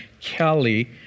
Kelly